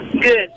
Good